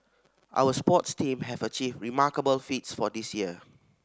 our sports team have achieved remarkable feats this year